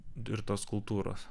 ir tos kultūros